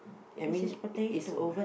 this is potato